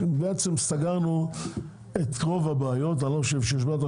בעצם סגרנו את רוב הבעיות אני לא חושב שיש בעיות,